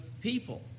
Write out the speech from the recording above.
people